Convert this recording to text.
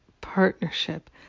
partnership